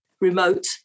remote